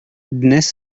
dnes